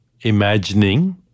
imagining